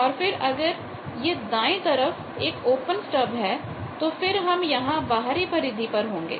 और फिर अगर यह दाएं तरफ एक ओपन स्टब है तो फिर हम यहां बाहरी परिधि पर होंगे